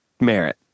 merit